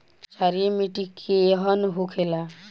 क्षारीय मिट्टी केहन होखेला?